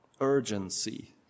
urgency